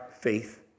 faith